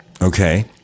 Okay